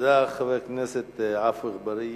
לחבר הכנסת עפו אגבאריה.